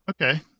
okay